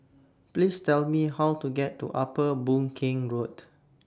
Please Tell Me How to get to Upper Boon Keng Road